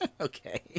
Okay